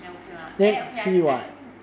then okay lah then okay I think